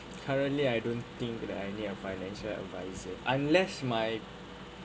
currently I don't think that I need a financial adviser unless my